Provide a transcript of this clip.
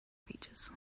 creatures